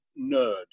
nerd